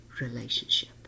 relationship